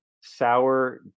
sour